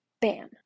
Bam